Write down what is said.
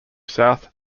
south